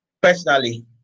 Personally